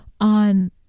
on